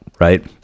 right